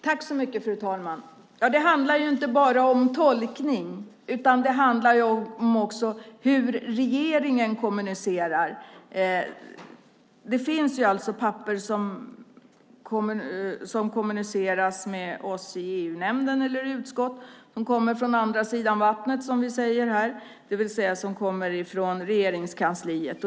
Fru talman! Det handlar inte bara om tolkning, utan det handlar också om hur regeringen kommunicerar. Det finns papper som kommer till oss i EU-nämnden eller utskotten från andra sidan vattnet, som vi säger här, det vill säga att de kommer från Regeringskansliet.